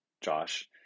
Josh